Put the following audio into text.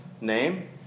name